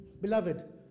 Beloved